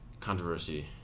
controversy